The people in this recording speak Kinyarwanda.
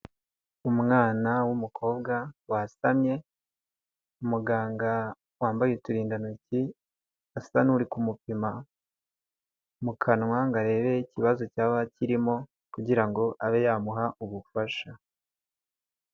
Umwana w'umukobwa wasamye, umuganga wambaye uturindantoki asa nuri kumupima mu kanwa ngo arebe ikibazo cyaba kirimo kugira ngo abe yamuha ubufasha.